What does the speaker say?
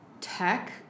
tech